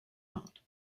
not